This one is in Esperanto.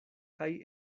kaj